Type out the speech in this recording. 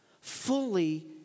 fully